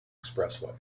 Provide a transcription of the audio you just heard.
expressway